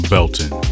Belton